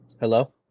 Hello